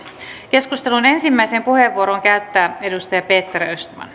keskustelun ensimmäisen puheenvuoron käyttää edustaja peter östman